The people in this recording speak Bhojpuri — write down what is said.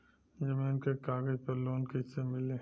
जमीन के कागज पर लोन कइसे मिली?